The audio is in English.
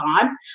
time